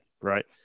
right